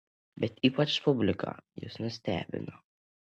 bet ypač publiką jis nustebino